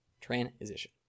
Transition